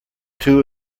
two